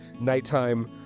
nighttime